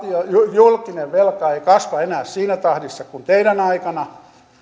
julkinen velka ei kasva enää siinä tahdissa kuin teidän aikananne